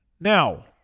Now